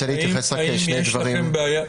אני רוצה להתייחס רק לשני דברים נוספים.